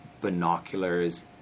binoculars